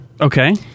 Okay